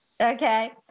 Okay